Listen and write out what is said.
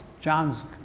john's